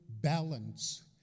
balance